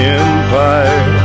empire